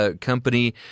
company